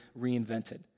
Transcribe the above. reinvented